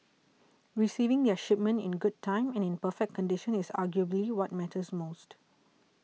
receiving their shipment in good time and in perfect condition is arguably what matters most